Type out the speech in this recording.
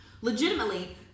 Legitimately